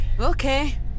Okay